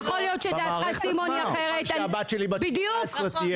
סימון, אני לא מוכן שהבת שלי בת ה-18 תהיה שם.